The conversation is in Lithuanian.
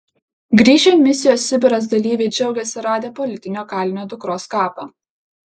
grįžę misijos sibiras dalyviai džiaugiasi radę politinio kalinio dukros kapą